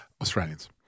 Australians